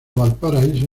valparaíso